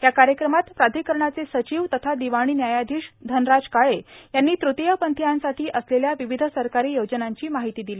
या कार्यक्रमात प्राधिकरणाचे सचिव तथा दिवाणी न्यायाधिश धनराज काळे यांनी तृतीय पंथीयांसाठी असलेल्या विविध सरकारी योजनांची माहिती दिली